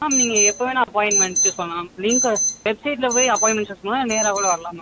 ma'am நீங்கள் எப்போ வேணால் அப்பாய்ண்ட்மென்ட் சூஸ் பண்ணலாம் லிங்ககை வெப்சைட்டில் போய் அப்பாய்ண்ட்மென்ட் சூஸ் பண்ணலாம் நேராக கூட வரலாம் மேம்